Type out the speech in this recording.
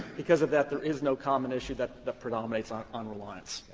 because of that there is no common issue that that predominates on on reliance.